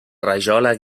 rajola